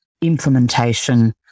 implementation